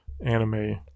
anime